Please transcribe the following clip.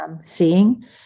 seeing